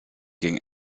gingen